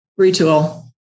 retool